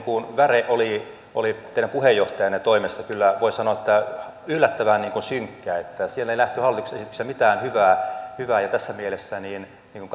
keskustelun väre oli teidän puheenjohtajanne toimesta voisi sanoa yllättävän synkkää siellä ei nähty hallituksen esityksessä mitään hyvää hyvää ja tässä mielessä kun